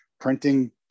printing